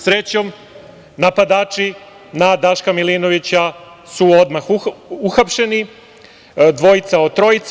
Srećom napadači na Daška Milinovića su odmah uhapšeni, dvojica od trojice.